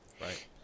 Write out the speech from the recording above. Right